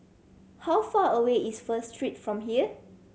how far away is First Street from here